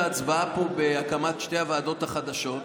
את ההצבעה פה בהקמת שתי הוועדות החדשות,